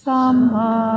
Sama